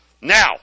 Now